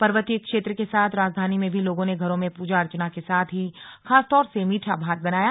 पर्वतीय क्षेत्र के साथ राजधानी में भी लोगों ने घरों ने पूजा अर्चना के साथ ही खासतौर से मीठा भात बनाया